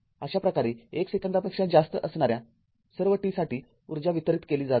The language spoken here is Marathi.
अशाप्रकारे १ सेकंदापेक्षा जास्त असणाऱ्या सर्व t साठी ऊर्जा वितरीत केली जात आहे